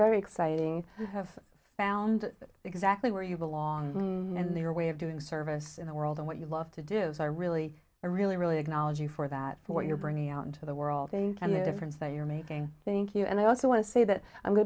very exciting i have found exactly where you belong and their way of doing service in the world and what you love to do is i really really really acknowledge you for that for what you're bringing out into the world bank and the difference that you're making thank you and i also want to say the i'm going